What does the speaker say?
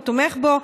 הוא תומך בו,